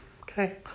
Okay